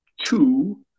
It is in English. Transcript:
two